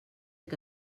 que